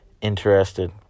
interested